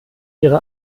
ihre